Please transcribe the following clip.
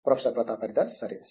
professor Pratap Haridas సరే